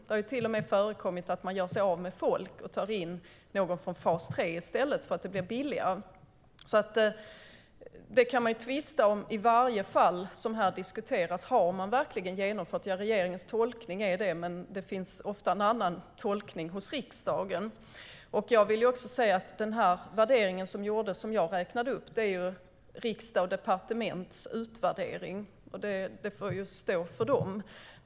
Det har till och med förekommit att man gör sig av med folk och i stället tar in någon från fas 3 eftersom det blir billigare. Man kan i varje fall som här diskuteras tvista om ifall regeringen verkligen genomfört riksdagens beslut. Ja, det är regeringens tolkning, men det görs ofta en annan tolkning hos riksdagen. Den utvärdering som jag läste upp är tidningen Riksdag & Departements utvärdering, och den får stå för dem.